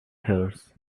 hers